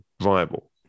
viable